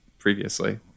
Previously